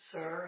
Sir